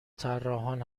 طراحان